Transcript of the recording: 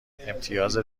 امتیاز